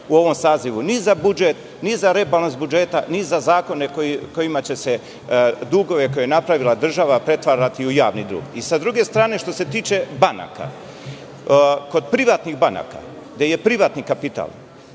u ovom sazivu ni za budžet, ni za rebalans budžeta, ni za zakone kojima će se dugovi koje je napravila država pretvarati u javni dug. Što se tiče banaka, kod privatnih banaka, gde je privatni kapital